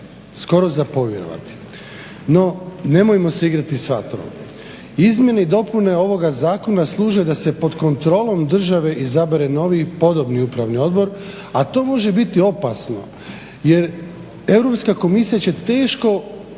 Skoro za povjerovati. No, nemojmo se igrati s vatrom. Izmjene i dopune ovoga zakona služe da se pod kontrolom države izabere novi podobni upravni odbor, a to može biti opasno jer Europska komisija će teško